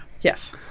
Yes